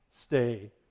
stay